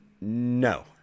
No